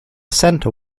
center